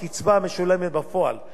דהיינו, אם מישהו מרוויח